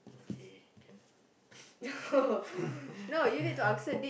okay can